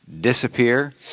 disappear